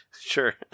sure